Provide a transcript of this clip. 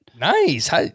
Nice